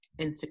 Instagram